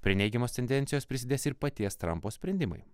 prie neigiamos tendencijos prisidės ir paties trampo sprendimai